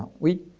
we